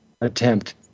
attempt